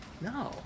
No